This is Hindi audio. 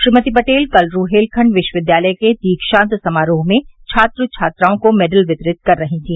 श्रीमती पटेल कल रूहेलखंड विश्वविद्यालय के दीक्षान्त समारोह में छात्र छात्राओं को मेडल वितरित कर रही थी